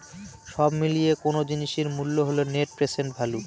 সব মিলিয়ে কোনো জিনিসের মূল্য হল নেট প্রেসেন্ট ভ্যালু